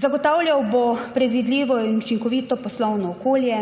zagotavljal bo predvidljivo in učinkovito poslovno okolje.